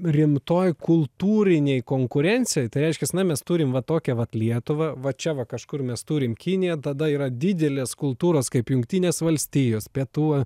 rimtoj kultūrinėj konkurencijoj reiškias na mes turim va tokią vat lietuvą va čia va kažkur mes turim kiniją tada yra didelės kultūros kaip jungtinės valstijos pietų